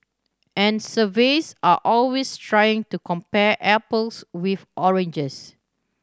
and surveys are always trying to compare apples with oranges